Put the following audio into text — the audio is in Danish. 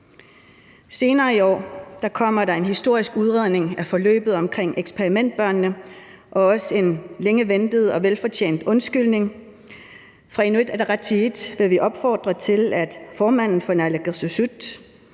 Senere i år kommer der en historisk udredning af forløbet omkring eksperimentbørnene og også en længe ventet og velfortjent undskyldning. Fra Inuit Ataqatigiits side vil vi opfordre til, at formanden for naalakkersuisut